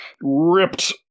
ripped